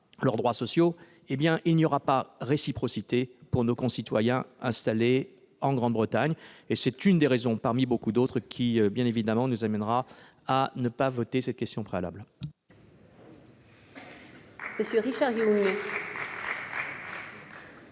leurs acquis sociaux, il n'y aura pas de réciprocité pour nos concitoyens installés en Grande-Bretagne. C'est l'une des raisons, parmi beaucoup d'autres, qui nous incite à ne pas voter cette question préalable.